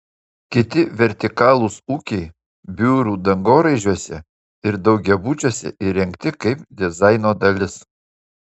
kiti vertikalūs ūkiai biurų dangoraižiuose ir daugiabučiuose įrengti kaip dizaino dalis